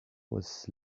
was